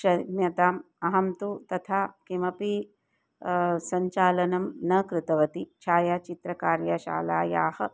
क्षम्यताम् अहं तु तथा किमपि सञ्चालनं न कृतवती छायाचित्रकार्यशालायाः